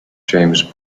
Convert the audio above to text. james